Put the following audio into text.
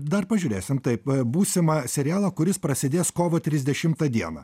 dar pažiūrėsim taip būsimą serialą kuris prasidės kovo trisdešimtą dieną